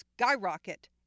skyrocket